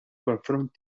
konfront